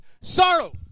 sorrow